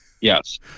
Yes